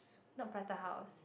not prata house